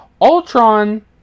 Ultron